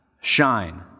shine